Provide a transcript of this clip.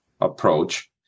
approach